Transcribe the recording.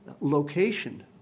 location